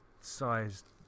sized